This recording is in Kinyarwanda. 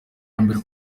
mbere